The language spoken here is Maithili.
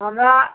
हमरा